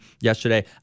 yesterday